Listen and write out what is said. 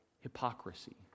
hypocrisy